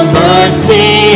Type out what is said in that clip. mercy